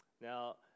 Now